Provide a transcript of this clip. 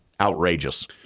outrageous